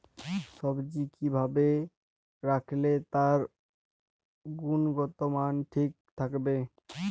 সবজি কি ভাবে রাখলে তার গুনগতমান ঠিক থাকবে?